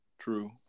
True